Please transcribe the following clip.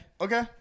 Okay